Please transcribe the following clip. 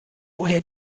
woher